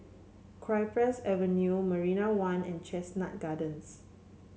Cypress Avenue Marina One and Chestnut Gardens